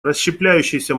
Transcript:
расщепляющийся